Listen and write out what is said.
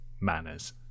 manners